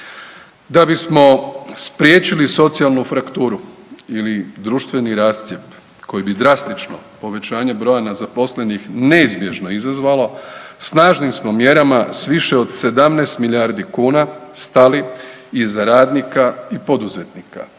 Da bismo spriječili socijalnu frakturu ili društveni rascjep koji bi drastično povećanje broja nezaposlenih neizbježno izazvalo snažnim smo mjerama s više od 17 milijardi kuna stali iza radnika i poduzetnika